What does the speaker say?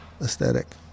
aesthetic